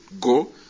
go